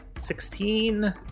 Sixteen